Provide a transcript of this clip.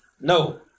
No